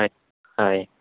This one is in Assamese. হয় হয়